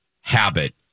habit